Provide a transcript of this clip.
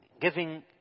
giving